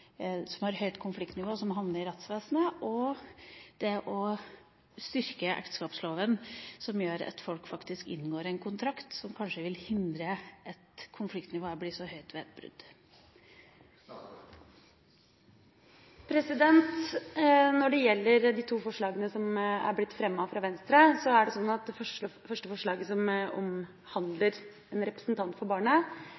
høyt konfliktnivå som havner i rettsvesenet, og det som handler om å styrke ekteskapsloven for at folk faktisk inngår en kontrakt, som kanskje vil hindre at konfliktnivået blir så høyt ved et brudd. Når det gjelder de to forslagene som har blitt fremmet av Venstre, handler det første forslaget om en representant for barnet. Vi forsterker den retten i de sakene som